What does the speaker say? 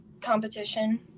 competition